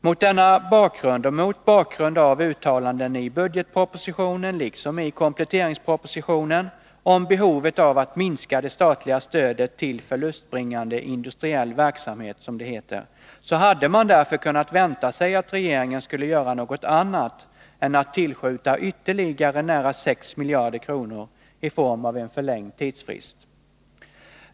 Mot denna bakgrund och mot bakgrund av uttalanden i budgetpropositionen liksom i kompletteringspropositionen om behovet av att minska det statliga stödet till förlustbringande industriell verksamhet, som det heter, hade man därför kunnat vänta sig att regeringen skulle göra något annat än att tillskjuta ytterligare nära 6 miljarder kronor i form av en förlängd tidsfrist.